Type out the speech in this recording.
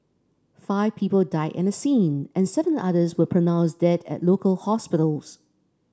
five people died at the scene and seven others were pronounced dead at local hospitals